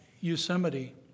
Yosemite